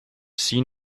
seen